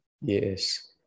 Yes